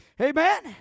Amen